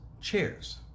chairs